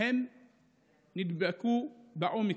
נדבקו באומיקרון,